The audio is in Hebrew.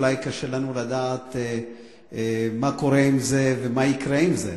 אולי קשה לנו לדעת מה קורה עם זה ומה יקרה עם זה,